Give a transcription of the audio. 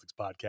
podcast